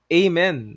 amen